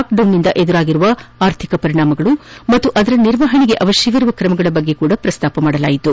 ಲಾಕ್ಡೌನ್ನಿಂದ ಎದುರಾಗಿರುವ ಆರ್ಥಿಕ ಪರಿಣಾಮ ಮತ್ತು ಅದರ ನಿರ್ವಹಣೆಗೆ ಅವಶ್ಯವಿರುವ ಕ್ರಮಗಳ ಬಗ್ಗೆ ಪ್ರಸ್ತಾಪಿಸಲಾಯಿತು